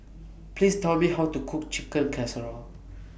Please Tell Me How to Cook Chicken Casserole